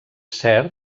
cert